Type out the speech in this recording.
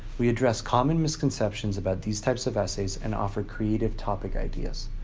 we address common misconceptions about these types of essays and offer creative topic ideas.